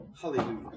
Hallelujah